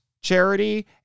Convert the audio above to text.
charity